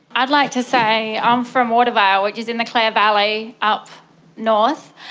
i'd like to say i'm from watervale which is in the clare valley up north.